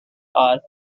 are